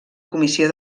comissió